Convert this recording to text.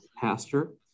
pastor